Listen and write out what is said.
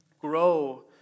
Grow